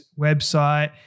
website